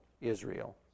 Israel